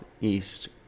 east